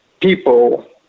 people